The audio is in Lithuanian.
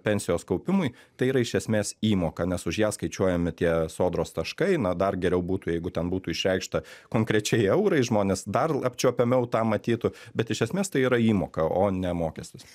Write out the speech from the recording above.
pensijos kaupimui tai yra iš esmės įmoka nes už ją skaičiuojami tie sodros taškai na dar geriau būtų jeigu ten būtų išreikšta konkrečiai eurai žmonės dar apčiuopiamiau tą matytų bet iš esmės tai yra įmoka o ne mokestis